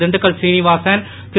Dindigul Srinivasan Thiru